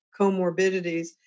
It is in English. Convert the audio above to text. comorbidities